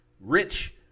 Rich